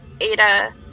Ada